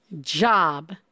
job